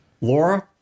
laura